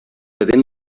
atent